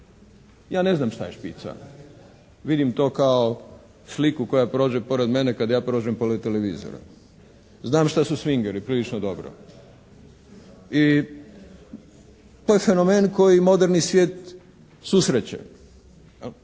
Ja ne znam šta je "Špica", vidim to kao sliku koja prođe pored mene kada ja prođem pored televizora. Znam šta su swingeri, prilično dobro. I to je fenomen koji moderni svijet susreće